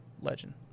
Legend